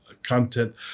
content